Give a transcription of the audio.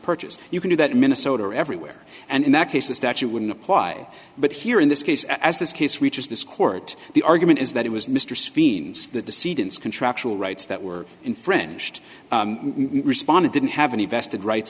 purchase you can do that in minnesota or everywhere and in that case the statute wouldn't apply but here in this case as this case reaches this court the argument is that it was mr scenes the deceit and contractual rights that were infringed responded didn't have any vested rights